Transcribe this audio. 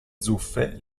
zuffe